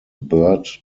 bird